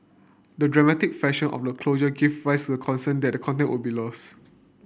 the dramatic fashion of the closure gave rise to the concern that the content would be lost